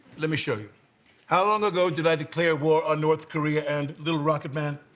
let me show you how long ago did i declare war on north korea and the rocket man.